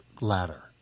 ladder